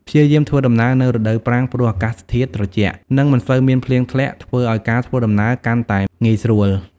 ព្យាយាមធ្វើដំណើរនៅរដូវប្រាំង ព្រោះអាកាសធាតុត្រជាក់ និងមិនសូវមានភ្លៀងធ្លាក់ ធ្វើឲ្យការធ្វើដំណើរកាន់តែងាយស្រួល។